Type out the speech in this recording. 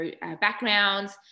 backgrounds